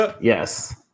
Yes